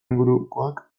ingurukoak